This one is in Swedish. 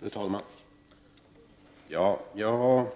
Fru talman! Jag hade